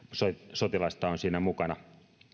sotilasta on siinä mukana